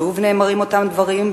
שוב נאמרים אותם הדברים,